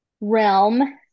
realm